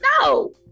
No